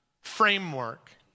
framework